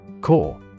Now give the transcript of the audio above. Core